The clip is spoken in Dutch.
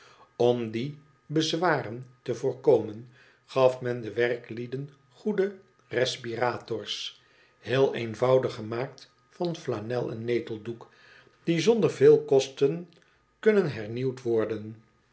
om die bezwaren te voorkomen gaf men de werklieden goede respirators heel eenvoudig gemaakt van flanel en neteldoek die zonder veel kosten kunnen hernieuwd worden